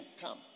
come